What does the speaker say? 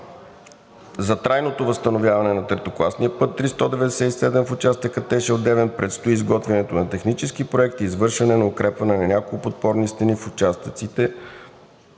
За трайното възстановяване на третокласния път III-197 в участъка Тешел – Девин предстои изготвянето на технически проект и извършване на укрепване на няколко подпорни стени в участъците